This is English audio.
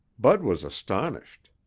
bud was astonished.